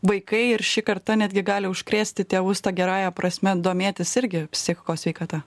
vaikai ir ši karta netgi gali užkrėsti tėvus ta gerąja prasme domėtis irgi psichikos sveikata